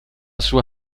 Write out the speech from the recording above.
sua